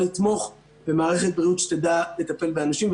לתמוך במערכת בריאות שתדע לטפל באנשים.